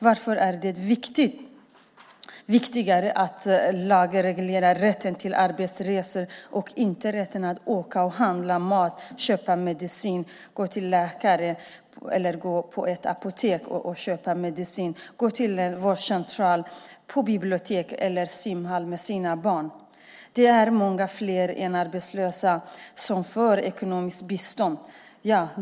Varför är det viktigare att lagreglera rätten till arbetsresor än rätten till att åka och handla mat, köpa medicin på ett apotek, besöka en vårdcentral, ett bibliotek eller en simhall med sina barn? Det är många fler än de arbetslösa som får ekonomiskt bistånd.